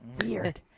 Weird